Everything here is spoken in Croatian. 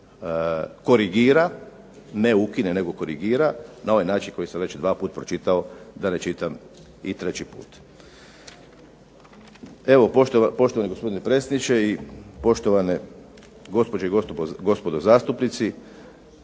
korigira ne ukine, nego korigira, na ovaj način koji sam već dva puta pročitao, da ne čitam i treći put. Evo, poštovani gospodine predsjedniče, i poštovane gospođe i gospodo zastupnici.